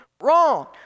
wrong